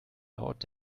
laut